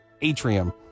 atrium